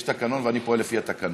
יש תקנון, ואני פועל לפי התקנון.